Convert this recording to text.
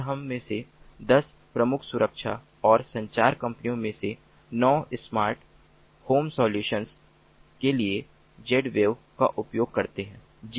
और US में 10 प्रमुख सुरक्षा और संचार कंपनियों में से 9 स्मार्ट होम सॉल्यूशंस के लिए Zwave का उपयोग करते हैं